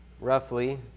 roughly